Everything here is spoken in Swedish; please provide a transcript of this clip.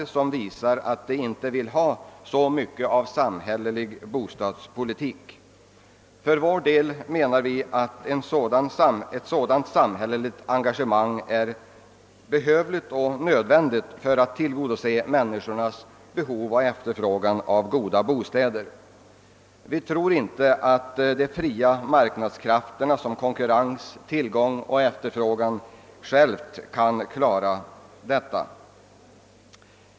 Av detta framgår att de inte vill ha så mycket av samhällelig bostadspolitik. För vår del menar vi att ett samhälleligt engagemang är behövligt och nödvändigt för att tillgodose människornas behov och efterfrågan av goda bostäder. Vi tror inte att de fria marknadskrafterna — konkurrens, tillgång och efterfrågan — själva och ensamma kan klara detta.